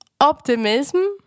Optimism